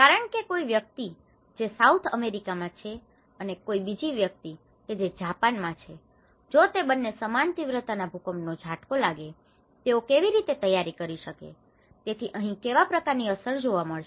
કારણ કે કોઈ વ્યક્તિ જે સાઉથ અમેરિકા માં છે અને કોઈ બીજી વ્યક્તિ કે જે જાપાન માં છે જો તે બંને સમાન તીવ્રતા ના ભૂકંપનો ઝાટકો લાગે છે તેઓ કેવી રીતે તૈયારી કરી શકે તેથી અહીં કેવા પ્રકારની અસર જોવા મળશે